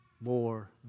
more